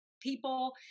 people